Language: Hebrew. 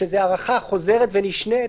כשזו הארכה חוזרת ונשנית,